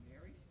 Mary